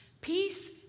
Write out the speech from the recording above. Peace